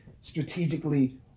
strategically